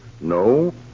No